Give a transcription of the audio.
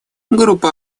группа